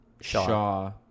Shaw—